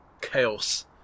chaos